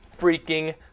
freaking